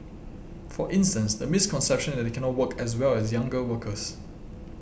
for instance the misconception that they cannot work as well as younger workers